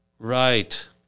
Right